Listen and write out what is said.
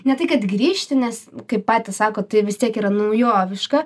ne tai kad grįžti nes kaip patys sakot tai vis tiek yra naujoviška